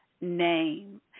name